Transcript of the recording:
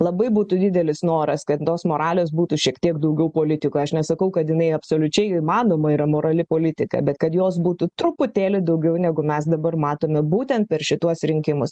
labai būtų didelis noras kad tos moralės būtų šiek tiek daugiau politikoje aš nesakau kad jinai absoliučiai įmanoma yra morali politika bet kad jos būtų truputėlį daugiau negu mes dabar matome būtent per šituos rinkimus